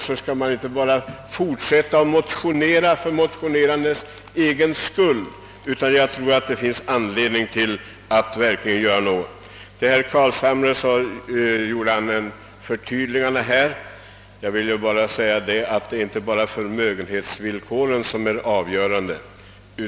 Man skall inte bara fortsätta att motionera för motionerandets egen skull, utan man skall verkligen göra något. Herr Carlshamre gjorde ett förtydligande. Jag vill då påpeka att inte enbart förmögenhetsvillkoren är avgörande.